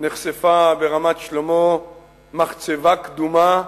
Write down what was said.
נחשפה ברמת-שלמה מחצבה קדומה,